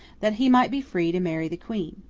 that he might be free to marry the queen.